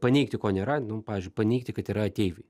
paneigti ko nėra nu pavyzdžiui paneigti kad yra ateiviai